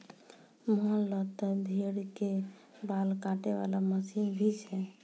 मोहन लॅ त भेड़ के बाल काटै वाला मशीन भी छै